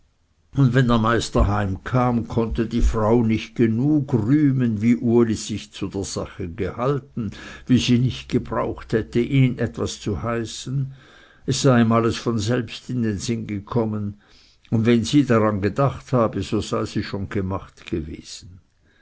und wenn der meister heimkam konnte die frau nicht genug rühmen wie uli sich zu der sache gehalten und wie sie nicht gebraucht hätte ihn etwas zu heißen es sei ihm alles von selbst in den sinn gekommen und wenn sie daran gedacht habe so sei es schon gemacht gewesen